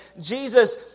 Jesus